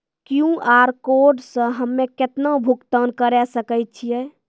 QR code से हम्मय केतना भुगतान करे सके छियै?